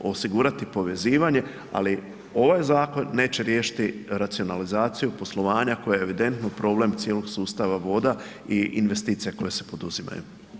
osigurati povezivanje ali ovaj zakon neće riješiti racionalizaciju poslovanja koja je evidentno problem cijelog sustava voda i investicija koje se poduzimaju.